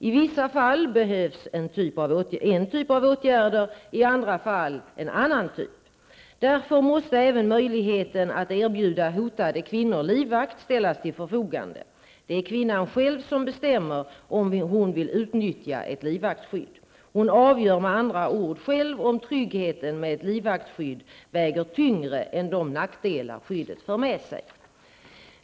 I vissa fall behövs en typ av åtgärder, i andra fall en annan typ. Därför måste även möjligheten att erbjuda hotade kvinnor livvakt ställas till förfogande. Det är kvinnan själv som bestämmer om hon vill utnyttja ett livvaktsskydd. Hon avgör med andra ord själv om tryggheten med ett livvaktsskydd väger tyngre än de nackdelar skyddet för med sig.